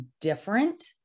different